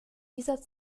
dieser